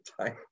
time